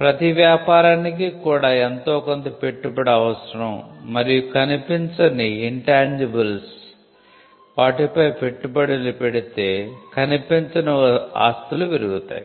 ప్రతి వ్యాపారానికి కూడా ఎంతో కొంత పెట్టుబడి అవసరం మరియు కనిపించని వాటిపై పెట్టుబడులు పెడితే కనిపించని ఆస్తులు పెరుగుతాయి